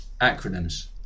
Acronyms